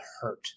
hurt